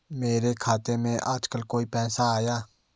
मेरे खाते में आजकल कोई पैसा आया?